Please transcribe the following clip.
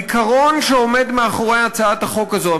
העיקרון שעומד מאחורי הצעת החוק הזאת,